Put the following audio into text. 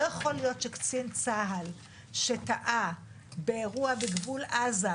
לא יכול להיות שקצין צה"ל שטעה באירוע בגבול עזה,